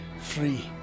free